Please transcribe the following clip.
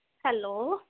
hello